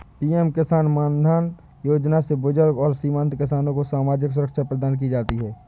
PM Kisan Maandhan Yojana से बुजुर्ग एवं सीमांत किसान को सामाजिक सुरक्षा प्रदान की जाती है